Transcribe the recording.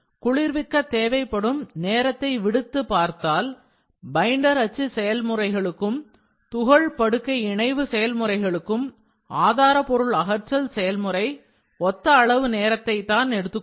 குளிர்விக்க தேவைப்படும் நேரத்தை விடுத்துப் பார்த்தால் பைண்டர் அச்சு செயல்முறைக்கும் துகள் படுக்கை இணைவு செயல்முறைக்கும் ஆதாரபொருள் அகற்றல் செயல்முறை ஒத்த அளவு நேரத்தை தான் எடுத்துக்கொள்ளும்